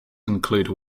include